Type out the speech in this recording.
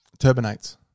turbinates